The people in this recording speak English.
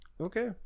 Okay